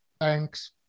Thanks